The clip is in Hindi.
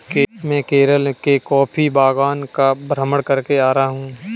मैं केरल के कॉफी बागान का भ्रमण करके आ रहा हूं